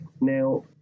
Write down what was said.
now